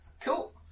Cool